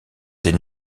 des